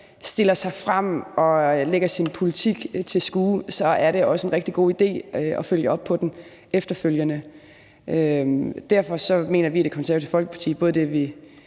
stiller sig frem og lægger sin politik til skue, er det også en rigtig god idé at følge op på den efterfølgende. Derfor mener vi i Det Konservative Folkeparti det, vi